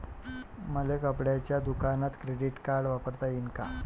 मले कपड्याच्या दुकानात क्रेडिट कार्ड वापरता येईन का?